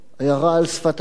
עיירה על שפת הים השחור,